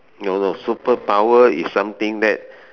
no no superpower is something that